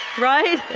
right